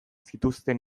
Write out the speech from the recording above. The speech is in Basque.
zituzten